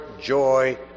joy